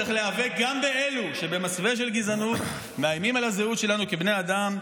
צריך להיאבק גם באלו שבמסווה של גזענות מאיימים על הזהות שלנו כבני אדם,